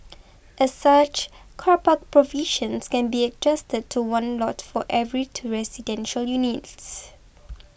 as such car park provisions can be adjusted to one lot for every two residential units